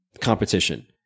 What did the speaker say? competition